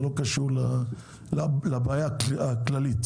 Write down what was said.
זה לא קשור לבעיה הכללית.